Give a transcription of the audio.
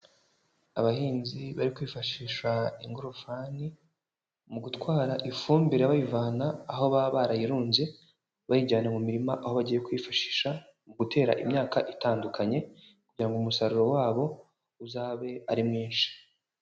Abahinzi bari kwifashisha ingofani mu gutwara ifumbire bayivana aho baba barayirunze, bayijyana mu mirima aho bagiye kwifashisha mu gutera imyaka itandukanye kugira ngo umusaruro wabo uzabe ari mwinshi.